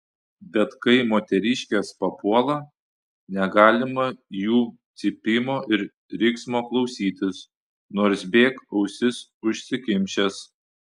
bet kai moteriškės papuola negalima jų cypimo ir riksmo klausytis nors bėk ausis užsikimšęs